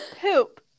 poop